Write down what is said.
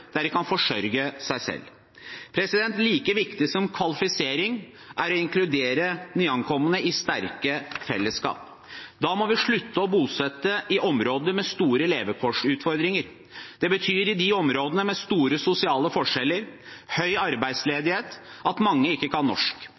der de kan forsørge seg selv. Like viktig som kvalifisering er å inkludere nyankomne i sterke fellesskap. Da må vi slutte å bosette dem i områder med store levekårsutfordringer – det betyr i de områdene som har store sosiale forskjeller, høy arbeidsledighet, og hvor mange ikke kan norsk.